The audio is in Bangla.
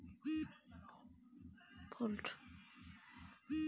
বাঃ মোজফ্ফর এবার ঈষৎলোনা মাটিতে বাদাম চাষে খুব ভালো ফায়দা করেছে